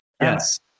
Yes